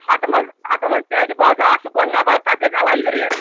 ہَتہٕ منٛز ہَتہٕ منٛز پیٹہِ بوز آ سُہ کوٚڑ نیٚبَر تَتھ گژھِ اَلایِو ریٹ